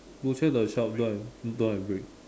Outram the shop don't have don't have brick